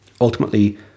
ultimately